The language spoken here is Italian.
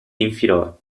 infilò